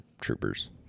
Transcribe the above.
Troopers